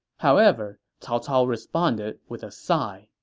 however, cao cao responded with a sigh.